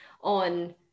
on